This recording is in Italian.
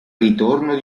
ritorno